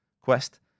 Quest